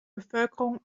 bevölkerung